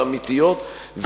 האמיתיות,